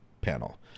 panel